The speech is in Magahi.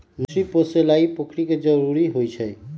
मछरी पोशे लागी पोखरि के जरूरी होइ छै